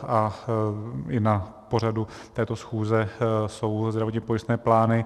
A i na pořadu této schůze jsou zdravotněpojistné plány.